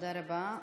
תודה רבה.